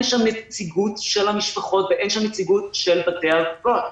שם נציגות של המשפחות ואין שם נציגות של בתי האבות.